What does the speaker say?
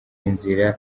inzira